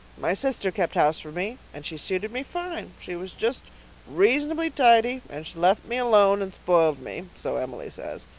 my sister kept house for me and she suited me fine she was just reasonably tidy and she let me alone and spoiled me. so emily says.